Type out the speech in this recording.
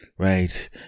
right